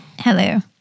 Hello